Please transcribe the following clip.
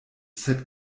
sed